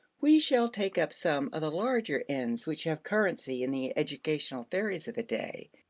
we shall take up some of the larger ends which have currency in the educational theories of the day,